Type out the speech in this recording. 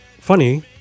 Funny